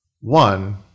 one